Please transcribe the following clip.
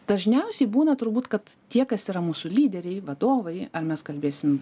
dažniausiai būna turbūt kad tie kas yra mūsų lyderiai vadovai ar mes kalbėsim